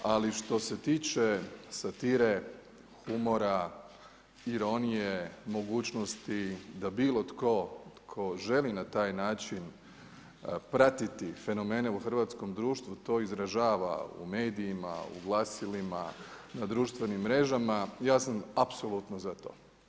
Ali što se tiče satire, humora, ironije, mogućnosti da bilo tko tko želi na taj način pratiti fenomene u hrvatskom društvu to izražava u medijima, u glasilima, na društvenim mrežama ja sam apsolutno za to.